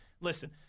listen –